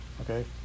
okay